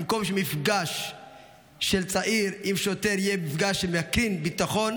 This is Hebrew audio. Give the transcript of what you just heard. במקום שמפגש של צעיר עם שוטר יהיה מפגש שמקרין ביטחון,